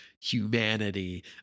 humanity